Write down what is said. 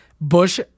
Bush